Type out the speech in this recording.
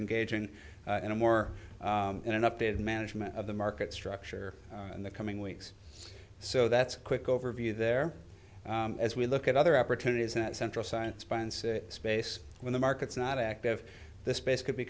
engaging in a more in an updated management of the market structure in the coming weeks so that's a quick overview there as we look at other opportunities that central science by space when the market's not active the space could be